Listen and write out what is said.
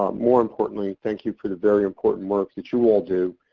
um more importantly thank you for the very important work that you all do.